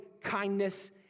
kindness